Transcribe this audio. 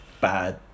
bad